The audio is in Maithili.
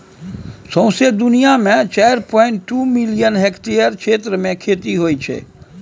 सौंसे दुनियाँ मे चारि पांइट दु मिलियन हेक्टेयर क्षेत्र मे खेती होइ छै